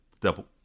double